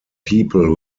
people